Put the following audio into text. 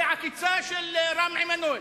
בעקיצה של רם עמנואל.